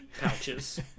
pouches